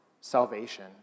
salvation